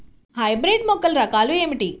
Hybrid మొక్కల రకాలు ఏమిటీ?